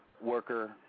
worker